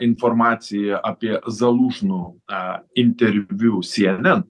informaciją apie zalūžno tą interviu cnn